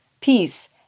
peace